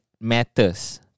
matters